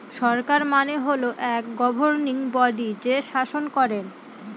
সরকার মানে হল এক গভর্নিং বডি যে শাসন করেন